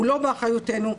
לא באחריותנו.